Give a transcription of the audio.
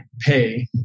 pay